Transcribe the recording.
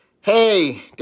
Hey